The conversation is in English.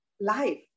life